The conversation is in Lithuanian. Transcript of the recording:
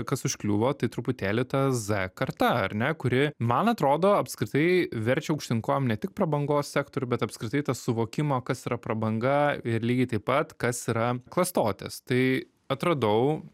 kas užkliuvo tai truputėlį ta z karta ar ne kuri man atrodo apskritai verčia aukštyn kojom ne tik prabangos sektorių bet apskritai tą suvokimą kas yra prabanga ir lygiai taip pat kas yra klastotės tai atradau